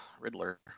Riddler